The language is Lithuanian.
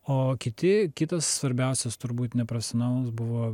o kiti kitas svarbiausias turbūt neprofesionalus buvo